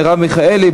מרב מיכאלי,